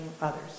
others